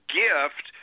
gift